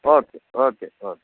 okay okay okay